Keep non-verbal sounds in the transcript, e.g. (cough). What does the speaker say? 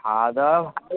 খাওয়া দাওয়া (unintelligible)